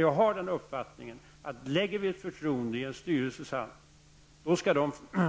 Jag har den uppfattningen att en styrelse, om vi så att säga lägger ett förtroende i denna styrelses hand,